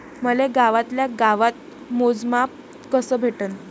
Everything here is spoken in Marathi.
मले गावातल्या गावात मोजमाप कस भेटन?